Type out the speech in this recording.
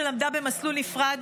שאותו למדה במסלול נפרד,